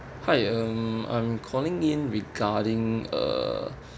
hi um I'm calling in regarding uh